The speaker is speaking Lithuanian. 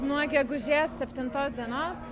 nuo gegužės septintos dienos